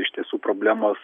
iš tiesų problemos